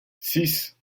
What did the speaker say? six